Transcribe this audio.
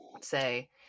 Say